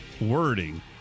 wording